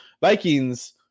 Vikings